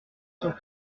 cent